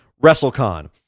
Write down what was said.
WrestleCon